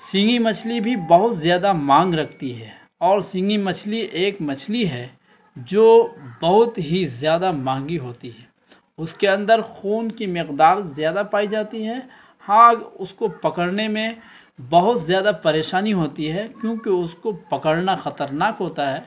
سینگھی مچھلی بھی بہت زیادہ مانگ رکھتی ہے اور سینگھی مچھلی ایک مچھلی ہے جو بہت ہی زیادہ مہنگی ہوتی ہے اس کے اندر خون کی مقدار زیادہ پائی جاتی ہے ہاگ اس کو پکڑنے میں بہت زیادہ پریشانی ہوتی ہے کیونکہ اس کو پکڑنا خطرناک ہوتا ہے